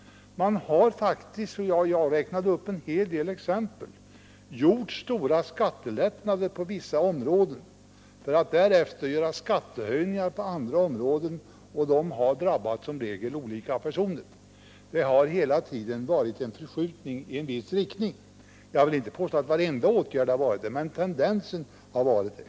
Man har faktiskt — jag har räknat upp en hel del exempel — genomfört stora skattelättnader på vissa områden för att därefter genomföra skattehöjningar på andra områden, och de har i regel drabbat olika personer. Det har hela tiden varit en förskjutning i en viss riktning. Jag vill inte påstå att varenda åtgärd har varit sådan, men tendensen har varit sådan.